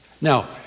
Now